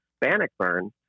Bannockburn